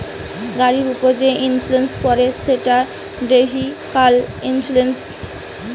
গাড়ির উপর যে ইন্সুরেন্স করে সেটা ভেহিক্যাল ইন্সুরেন্স